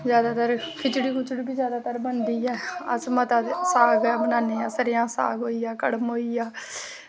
जादैतर खिचड़ी बी जादैतर बनदी ऐ अस मता साग गै बनाने आं सरेआं दा साग होइया कड़म होइया